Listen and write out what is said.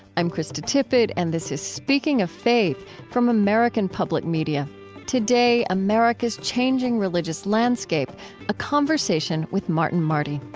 i'm krista tippett, and this is speaking of faith from american public media. today, america's changing religious landscape a conversation with martin marty.